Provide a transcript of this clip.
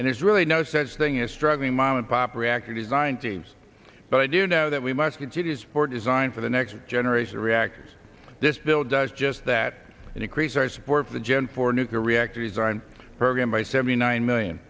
and there's really no such thing as struggling mom and pop reactor design teams but i do know that we must incentives for design for the next generation reactors this bill does just that and increase our support for the gen four nuclear reactor design program by seventy nine million